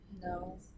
No